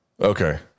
Okay